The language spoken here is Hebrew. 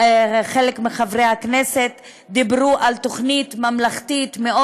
חלק מחברי הכנסת דיברו על תוכנית ממלכתית מאוד